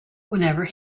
whenever